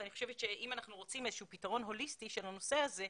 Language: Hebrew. אני חושבת שאם אנחנו רוצים איזשהו פתרון הוליסטי של הנושא הזה,